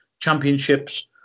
Championships